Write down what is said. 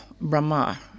Brahma